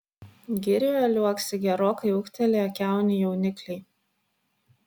girioje liuoksi gerokai ūgtelėję kiaunių jaunikliai